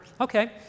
Okay